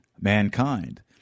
mankind